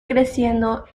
creciendo